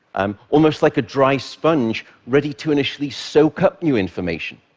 um almost like a dry sponge ready to initially soak up new information.